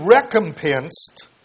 recompensed